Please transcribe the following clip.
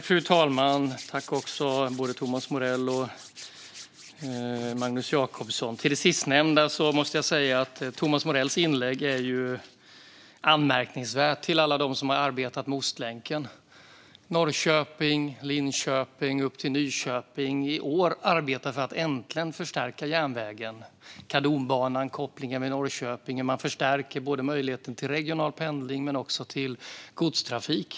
Fru talman! Jag måste säga att Thomas Morells inlägg är anmärkningsvärt med tanke på alla som har arbetat med Ostlänken. I Norrköping, Linköping och upp till Nyköping arbetar man för att äntligen förstärka järnvägen. Jag tänker på Kardonbanan och kopplingen till Norrköping. Man förstärker möjligheten till regional pendling men också till godstrafik.